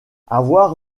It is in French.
avoir